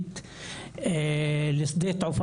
אתם יודעים,